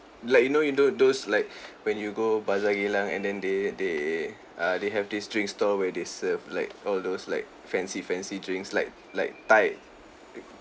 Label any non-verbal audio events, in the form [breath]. like you know you know those like [breath] when you go bazaar geylang and then they they ah they have this drink store where they serve like all those like fancy fancy drinks like like thai